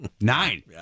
Nine